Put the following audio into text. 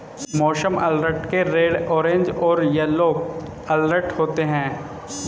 मौसम अलर्ट के red orange और येलो अलर्ट होते हैं